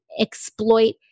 exploit